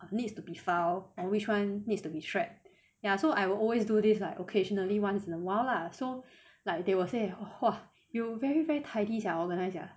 what needs to be file and which one needs to be strapped ya so I will always do this like occasionally once in awhile lah so like they will say !wah! you very very tidy sia organised sia